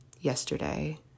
yesterday